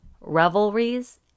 revelries